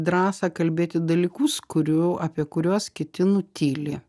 drąsą kalbėti dalykus kurių apie kuriuos kiti nutyli